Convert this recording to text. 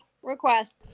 Request